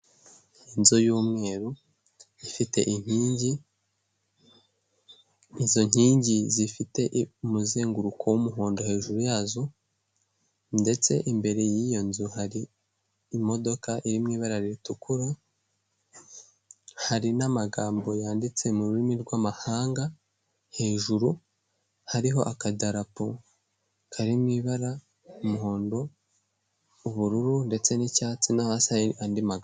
Inzu y'umweru ifite inkingi, izo nkingi zifite umuzenguruko w'umuhondo hejuru yazo ndetse imbere y'iyo nzu hari imodoka iri mu ibara ritukura, hari n'amagambo yanditse mu rurimi rw'amahanga, hejuru hariho akadarapo kari mu ibara umuhondo, ubururu ndetse n'icyatsi no hasi andi mazu.